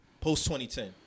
Post-2010